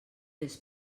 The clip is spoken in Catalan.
les